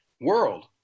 world